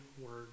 word